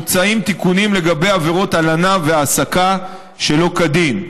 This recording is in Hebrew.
מוצעים תיקונים לגבי עבירות הלנה והעסקה שלא כדין,